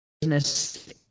business